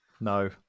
No